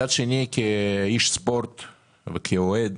מצד שני, כאיש ספורט וכאוהד